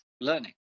learning